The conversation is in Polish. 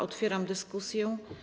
Otwieram dyskusję.